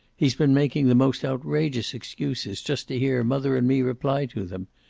he has been making the most outrageous excuses, just to hear mother and me reply to them.